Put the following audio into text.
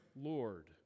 lord